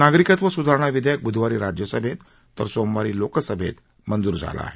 नागरिकत्व सुधारणा विधेयक बुधवारी राज्यसभेत तर सोमवारी लोकसभेत मंजूर झालं आहे